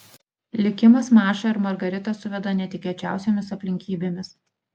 likimas mašą ir margaritą suveda netikėčiausiomis aplinkybėmis